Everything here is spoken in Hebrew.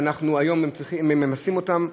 שהיום ממסים אותן,